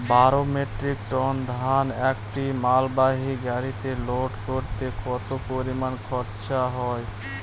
বারো metric ton ধান একটি মালবাহী গাড়িতে লোড করতে কতো পরিমাণ খরচা হয়?